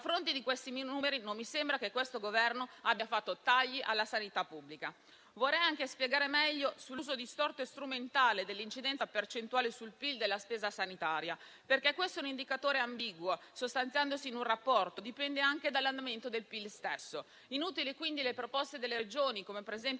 fronte di questi numeri, non mi sembra che questo Governo abbia fatto tagli alla sanità pubblica. Vorrei anche spiegare meglio l'uso distorto e strumentale dell'incidenza percentuale sul PIL della spesa sanitaria, perché questo è un indicatore ambiguo sostanziandosi in un rapporto che dipende anche dall'andamento del PIL. Inutili quindi le proposte delle Regioni, come per esempio